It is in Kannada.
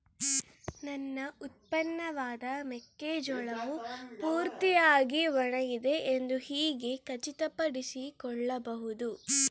ನನ್ನ ಉತ್ಪನ್ನವಾದ ಮೆಕ್ಕೆಜೋಳವು ಪೂರ್ತಿಯಾಗಿ ಒಣಗಿದೆ ಎಂದು ಹೇಗೆ ಖಚಿತಪಡಿಸಿಕೊಳ್ಳಬಹುದು?